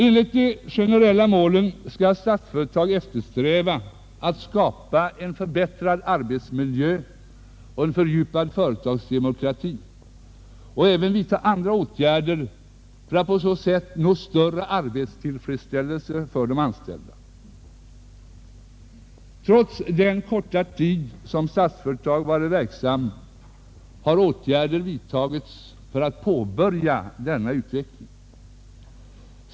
Enligt de generella målen skall Statsföretag eftersträva att skapa en förbättrad arbetsmiljö och en fördjupad företagsdemokrati och även vidta andra åtgärder för att på så sätt skapa större arbetstillfredsställelse för de anställda. Trots den korta tid som Statsföretag varit verksamt har åtgärder vidtagits för att påbörja denna utveckling.